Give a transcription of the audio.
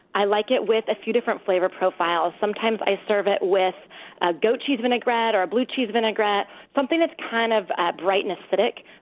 i like it with a few different flavor profiles. sometimes i serve it with ah goat cheese vinaigrette or blue cheese vinaigrette, something that's kind of ah bright and acidic.